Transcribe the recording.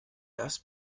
das